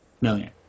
million